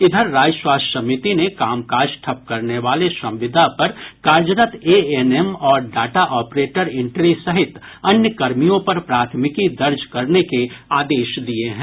इधर राज्य स्वास्थ्य समिति ने कामकाज ठप करने वाले संविदा पर कार्यरत एएनएम और डाटा ऑपरेटर इंट्री सहित अन्य कर्मियों पर प्राथमिकी दर्ज करने के आदेश दिये हैं